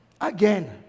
Again